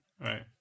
right